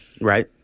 Right